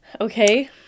Okay